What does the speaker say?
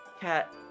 Cat